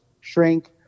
shrink